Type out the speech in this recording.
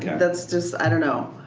that's just, i don't know.